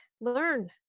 learn